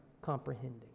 comprehending